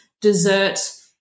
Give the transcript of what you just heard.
dessert